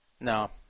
No